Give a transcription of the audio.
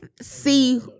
see